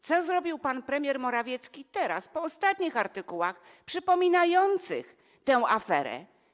Co zrobił pan premier Morawiecki teraz, po ostatnich artykułach przypominających tę aferę?